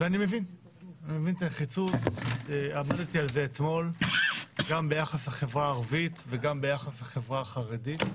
אני מבין את הנחיצות גם ביחס לחברה הערבית וגם ביחס לחברה החרדית.